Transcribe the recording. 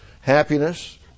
happiness